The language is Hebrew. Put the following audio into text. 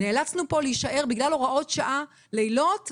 נאלצנו להישאר פה בגלל הוראות שעה לילות וימים,